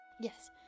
Yes